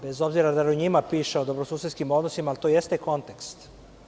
Bez obzira da li u njima o dobrosusedskim odnosima, ali to jeste kontekst.